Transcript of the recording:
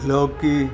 लौकी